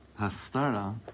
Hastara